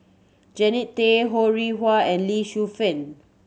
Jannie Tay Ho Rih Hwa and Lee Shu Fen